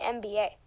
NBA